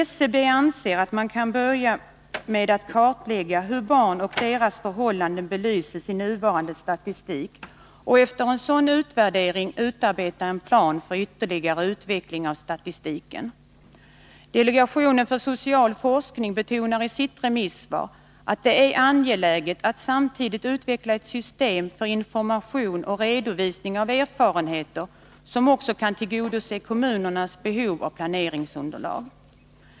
SCB anser att man kan börja med att kartlägga hur barn och deras förhållanden belyses i nuvarande statistik och efter en sådan utvärdering utarbeta en plan för ytterligare utveckling av statistiken. Delegationen för social forskning betonar i sitt remissvar att det är angeläget att samtidigt utveckla ett system för information och redovisning av erfarenheter som också kan tillgodose kommunernas behov av planeringsunderlag.